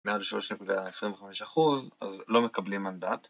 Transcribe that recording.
מעל 3.25% אז לא מקבלים מנדט